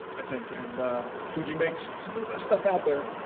i think, and fuji makes some of the best stuff out there.